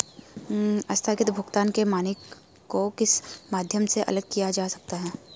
आस्थगित भुगतान के मानक को किस माध्यम से अलग किया जा सकता है?